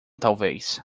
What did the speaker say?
talvez